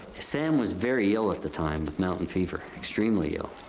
sam was very ill at the time with mountain fever. extremely ill.